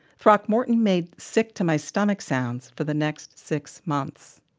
throckmorton made sick-to-my-stomach sounds for the next six months.